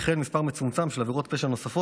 וכן מספר מצומצם של עבירות פשע נוספות,